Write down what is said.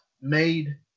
made